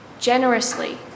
generously